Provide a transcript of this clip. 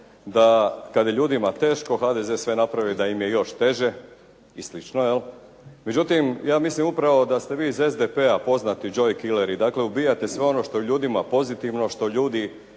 da kad je ljudima teško, HDZ sve napravi da im je još teže i slično. Međutim, ja mislim upravo da ste vi iz SDP-a poznati "joy killeri", dakle ubijate sve ono što je ljudima pozitivno, što ljudi